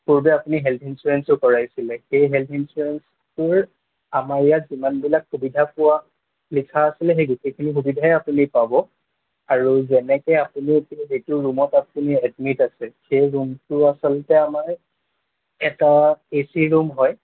পূৰ্বে আপুনি হেলথ ইঞ্চুৰেঞ্চটো কৰাইছিলে সেই হেলথ ইঞ্চুৰেঞ্চটোৰ আমাৰ ইয়াত যিমানবিলাক সুবিধা পোৱা লিখা আছিলে সেই গোটেইখিনি সুবিধাই আপুনি পাব আৰু যেনেকৈ আপুনি এতিয়া যিটো ৰুমত আপুনি এডমিট আছে সেই ৰুমটো আচলতে আমাৰ এটা এচি ৰুম হয়